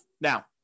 Now